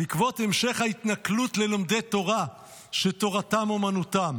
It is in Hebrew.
"בעקבות המשך ההתנכלות ללומדי תורה שתורתם אמנותם"